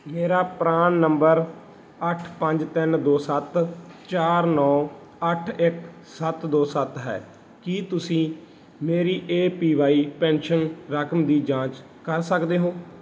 ਮੇਰਾ PRAN number ਅੱਠ ਪੰਜ ਤਿੰਨ ਦੋ ਸੱਤ ਚਾਰ ਨੌਂ ਅੱਠ ਇੱਕ ਸੱਤ ਦੋ ਸੱਤ ਹੈ ਕੀ ਤੁਸੀਂ ਮੇਰੀ ਏ ਪੀ ਵਾਈ ਪੈਨਸ਼ਨ ਰਕਮ ਦੀ ਜਾਂਚ ਕਰ ਸਕਦੇ ਹੋ